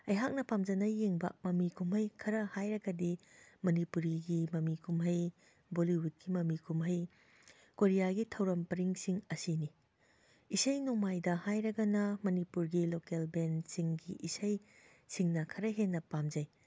ꯑꯩꯍꯥꯛꯅ ꯄꯥꯝꯖꯅ ꯌꯦꯡꯕ ꯃꯃꯤ ꯀꯨꯝꯍꯩ ꯈꯔ ꯍꯥꯏꯔꯒꯗꯤ ꯃꯅꯤꯄꯨꯔꯤꯒꯤ ꯃꯃꯤ ꯀꯨꯝꯍꯩ ꯕꯣꯂꯤꯋꯨꯠꯀꯤ ꯃꯃꯤ ꯀꯨꯝꯍꯩ ꯀꯣꯔꯤꯌꯥꯒꯤ ꯊꯧꯔꯝ ꯄꯔꯤꯡꯁꯤꯡ ꯑꯁꯤꯅꯤ ꯏꯁꯩ ꯅꯣꯡꯃꯥꯏꯗ ꯍꯥꯏꯔꯒꯅ ꯃꯅꯤꯄꯨꯔꯒꯤ ꯂꯣꯀꯦꯜ ꯕꯦꯟꯁꯤꯡꯒꯤ ꯏꯁꯩ ꯁꯤꯡꯅ ꯈꯔ ꯍꯦꯟꯅ ꯄꯥꯝꯖꯩ